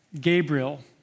Gabriel